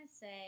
say